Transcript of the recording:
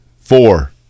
Four